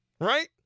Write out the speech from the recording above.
Right